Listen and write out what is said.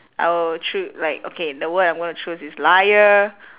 I will choo~ like okay the word I'm gonna choose is liar